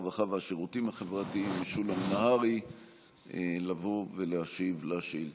הרווחה והשירותים החברתיים משולם נהרי לבוא ולהשיב על השאילתה.